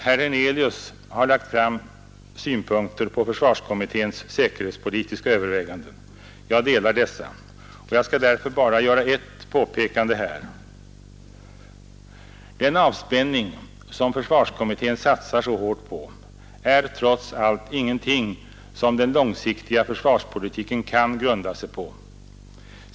Herr Hernelius har lagt fram synpunkter på försvarsutredningens säkerhetspolitiska överväganden. Jag skall därför bara göra ett påpekande här. Den avspänning som försvarsutredningen satsar så hårt på är trots allt ingenting som den långsiktiga försvarspolitiken kan grunda sig på.